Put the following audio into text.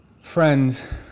Friends